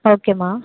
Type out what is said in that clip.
ஓகேம்மா